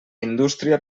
indústria